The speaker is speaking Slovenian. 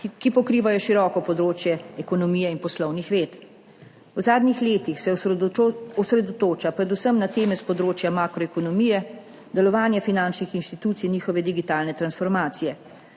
ki pokrivajo široko področje ekonomije in poslovnih ved. V zadnjih letih se osredotoča predvsem na teme s področja makroekonomije, delovanja finančnih institucij in njihove digitalne transformacije,